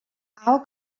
our